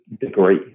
degree